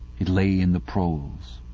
it lay in the proles.